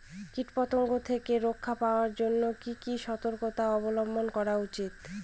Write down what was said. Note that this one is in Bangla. কীটপতঙ্গ থেকে রক্ষা পাওয়ার জন্য কি কি সর্তকতা অবলম্বন করা উচিৎ?